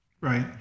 Right